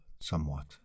somewhat